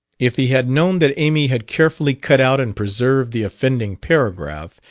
if he had known that amy had carefully cut out and preserved the offending paragraph,